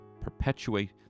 perpetuate